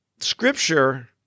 Scripture